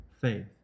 faith